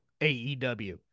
AEW